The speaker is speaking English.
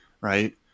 right